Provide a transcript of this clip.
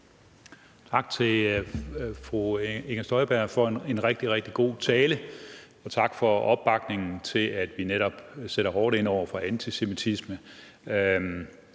Tak til fru Inger Støjberg for en rigtig, rigtig god tale, og tak for opbakningen til, at vi netop sætter hårdt ind over for antisemitisme.